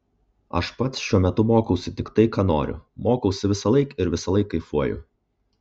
aš pats šiuo metu mokausi tik tai ką noriu mokausi visąlaik ir visąlaik kaifuoju